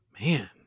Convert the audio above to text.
Man